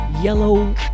yellow